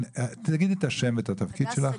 תגידי את השם ואת התפקיד שלך.